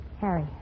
Harry